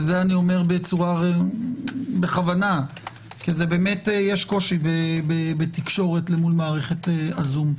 באמת יש קושי בתקשורת עם מערכת הזום.